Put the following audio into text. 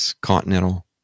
Continental